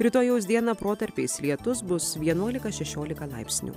rytojaus dieną protarpiais lietus bus vienuolika šešiolika laipsnių